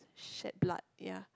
shed blood ya